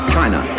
China